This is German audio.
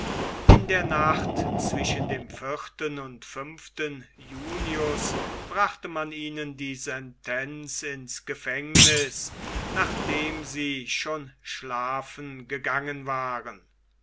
in der nacht zwischen dem und junius brachte man ihnen die sentenz ins gefängniß nachdem sie schon schlafen gegangen waren